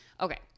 Okay